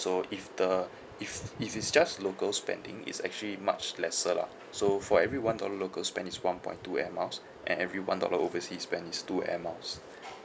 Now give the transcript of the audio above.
so if the if if it's just local spending it's actually much lesser lah so for every one dollar local spend is one point two air miles and every one dollar overseas spend is two air miles